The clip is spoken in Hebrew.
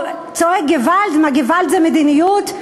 צועק "געוואלד", מה, געוואלד זה מדיניות?